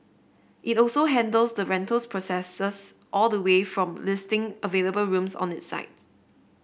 it also handles the rentals processes all the way from listing available rooms on it site